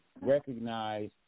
recognize